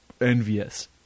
envious